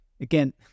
Again